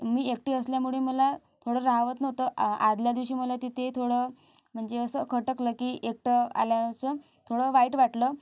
मी एकटी असल्यामुळे मला थोडं राहवत नव्हतं आदल्या दिवशी मला तिथे थोडं म्हणजे असं खटकलं की एकटं आल्याचं थोडं वाईट वाटलं